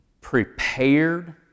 prepared